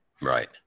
Right